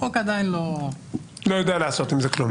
החוק עדיין לא יודע לעשות עם זה כלום.